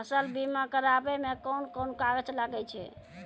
फसल बीमा कराबै मे कौन कोन कागज लागै छै?